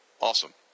Awesome